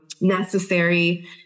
necessary